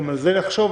גם על זה נחשוב,